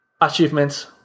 achievements